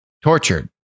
tortured